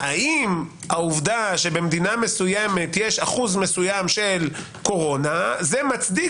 האם העובדה שבמדינה מסוימת יש אחוז מסוים של קורונה זה מצדיק